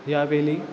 ह्यावेळी